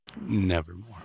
Nevermore